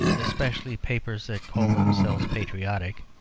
especially papers that call themselves patriotic,